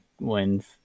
wins